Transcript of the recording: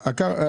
אגב,